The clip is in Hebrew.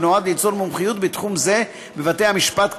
ונועד ליצור מומחיות בתחום זה בבתי המשפט כאמור.